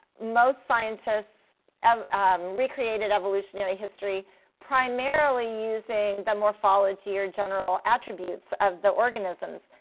most scientists um recreated evolutionary history primarily using the morphology, or general attributes, of the organisms.